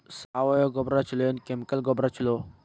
ಸಾವಯವ ಗೊಬ್ಬರ ಛಲೋ ಏನ್ ಕೆಮಿಕಲ್ ಗೊಬ್ಬರ ಛಲೋ?